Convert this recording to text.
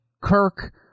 Kirk